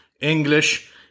English